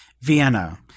Vienna